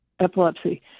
epilepsy